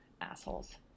Assholes